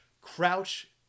crouch